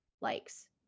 likes